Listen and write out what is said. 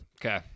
Okay